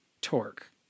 torque